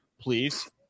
Please